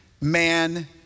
man